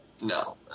No